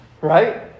right